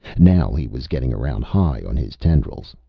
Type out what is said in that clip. now he was getting around high on his tendrils.